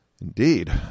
Indeed